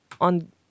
on